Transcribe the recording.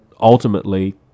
ultimately